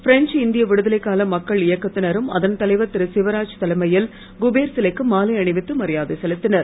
French இந்திய விடுதலை கால மக்கள் இயக்கத்தினரும் அதன் தலைவர் திருசிவராஜ் தலைமையில் குபோர் சிலைக்கு மாலை அணிவித்து மரியாதை செலுத்தினர்